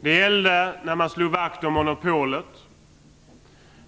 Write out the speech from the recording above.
Det gällde när man slog vakt om monopolet.